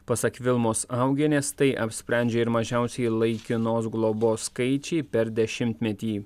pasak vilmos augienės tai apsprendžia ir mažiausieji laikinos globos skaičiai per dešimtmetį